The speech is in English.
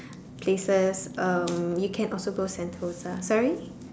places um you can also go Sentosa sorry